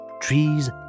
Trees